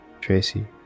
tracy